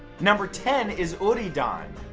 number ten is odori-don.